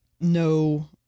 no